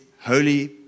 holy